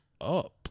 up